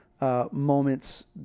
moments